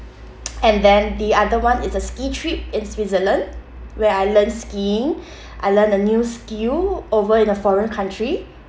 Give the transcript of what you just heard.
and then the other one is a ski trip in Switzerland where I learn skiing I learn a new skill over in a foreign country